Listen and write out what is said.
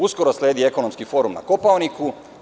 Uskoro sledi Ekonomski forum na Kopaoniku.